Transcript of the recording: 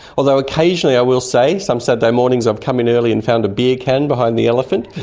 although occasionally, i will say, some saturday mornings i've come in early and found a beer can behind the elephant,